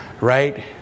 right